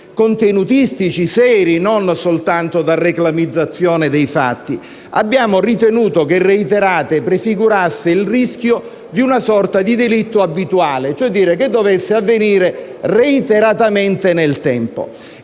contenutistici e seri, non soltanto per reclamizzazione dei fatti - e abbiamo ritenuto che il termine «reiterate» prefigurasse il rischio di una sorta di delitto abituale, e cioè che dovesse avvenire reiteratamente nel tempo,